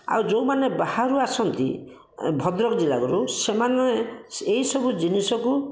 ଆଉ ଯେଉଁମାନେ ବାହାରୁ ଆସନ୍ତି ଭଦ୍ରକ ଜିଲ୍ଲାରୁ ସେମାନେ ଏହି ସବୁ ଜିନିଷକୁ